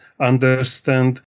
understand